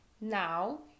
Now